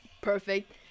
perfect